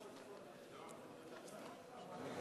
חוק השיפוט הצבאי (תיקון מס' 63) (תיקון),